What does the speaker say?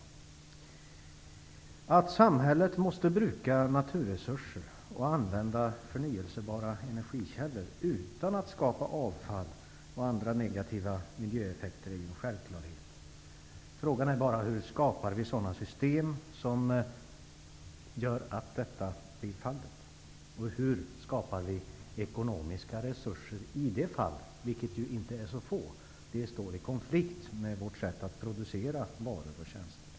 Att samhället måste bruka naturresurser och använda förnybara energikällor utan att skapa avfall och andra negativa miljöeffekter är en självklarhet. Frågan är bara hur vi skapar sådana system som gör att detta blir fallet, och hur skapar vi ekonomiska resurser i de fallen, vilka inte är så få? Det står i konflikt med vårt sätt att producera varor och tjänster.